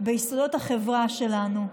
ביסודות החברה שלנו.